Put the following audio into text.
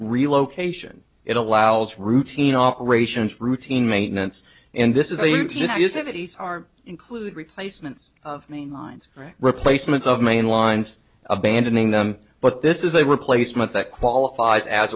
relocation it allows routine operations routine maintenance and this is a few cities are include replacements mainlines right replacements of main lines abandoning them but this is a replacement that qualifies as